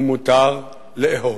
ומותר לאהוב.